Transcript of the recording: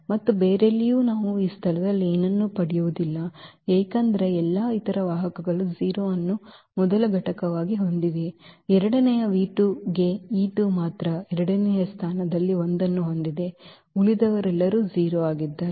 ಮತ್ತು ಬೇರೆಲ್ಲಿಯೂ ನಾವು ಈ ಸ್ಥಳದಲ್ಲಿ ಏನನ್ನೂ ಪಡೆಯುವುದಿಲ್ಲ ಏಕೆಂದರೆ ಎಲ್ಲಾ ಇತರ ವಾಹಕಗಳು 0 ಅನ್ನು ಮೊದಲ ಘಟಕವಾಗಿ ಹೊಂದಿವೆ ಎರಡನೆಯ ಗೆ ಮಾತ್ರ ಎರಡನೇ ಸ್ಥಾನದಲ್ಲಿ 1 ಅನ್ನು ಹೊಂದಿದೆ ಉಳಿದವರೆಲ್ಲರೂ 0 ಆಗಿದ್ದಾರೆ